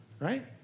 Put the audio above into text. right